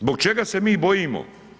Zbog čega se mi bojimo?